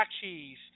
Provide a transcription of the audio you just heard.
cheese